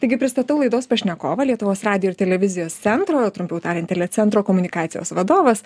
taigi pristatau laidos pašnekovą lietuvos radijo ir televizijos centro trumpiau tariant telecentro komunikacijos vadovas